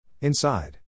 Inside